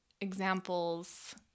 examples